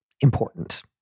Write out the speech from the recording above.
important